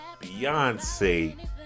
Beyonce